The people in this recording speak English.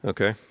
Okay